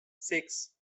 six